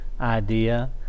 idea